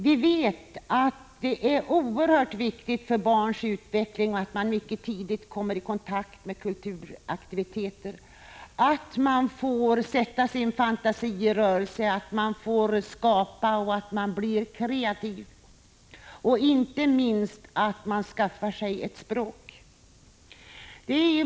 Vi vet att det är oerhört viktigt för barns utveckling att mycket tidigt komma i kontakt med kulturaktiviteter, att få sätta sin fantasi i rörelse, att få skapa och bli kreativ och inte minst att skaffa sig ett språk.